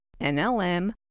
NLM